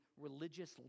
religious